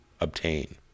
obtain